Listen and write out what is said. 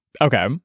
okay